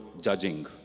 judging